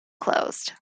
closed